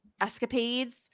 escapades